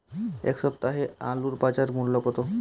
এ সপ্তাহের আলুর বাজার মূল্য কত?